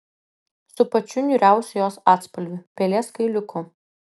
su pačiu niūriausiu jos atspalviu pelės kailiuku